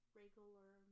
regular